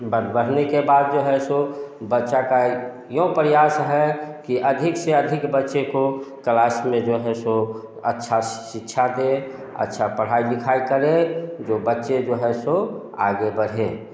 बढ़ बढ़ने के बाद जो है सो बच्चा का एक यो प्रयास है कि अधिक से अधिक बच्चे को क्लास में जो है सो अच्छा शिक्षा दें अच्छा पढ़ाई लिखाई करें जो बच्चे जो हैं सो आगे बढ़ें